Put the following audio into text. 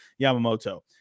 Yamamoto